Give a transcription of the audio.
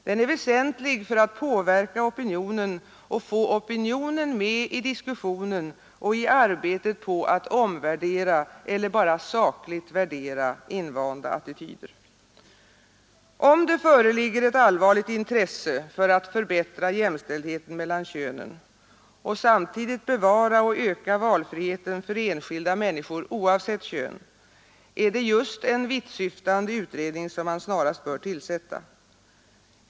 Den är väsentlig för att påverka opinionen och få den med i diskussionen och i arbetet på att omvärdera eller bara sakligt värdera invanda attityder. Om det föreligger ett allvarligt intresse för att förbättra jämställdheten mellan könen och samtidigt bevara och öka valfriheten för enskilda människor oavsett kön är det just en vittsyftande utredning som man snarast bör tillsätta.